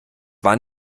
war